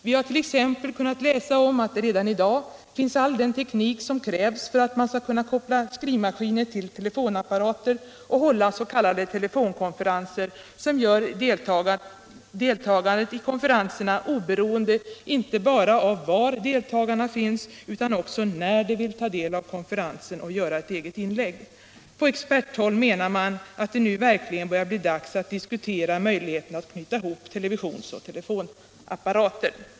Vi har kunnat läsa om att det redan i dag finns all den teknik som krävs för att man skall kunna koppla skrivmaskiner Videogram Videogram till telefonapparater och hålla s.k. telefonkonferenser som gör deltagandet i en konferens oberoende av inte bara var deltagarna finns, utan också när de vill ta del av konferensen och göra ett eget inlägg. På experthåll menar man att det nu verkligen börjar bli dags att diskutera möjligheterna att knyta ihop televisions och telefonapparater.